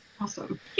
Awesome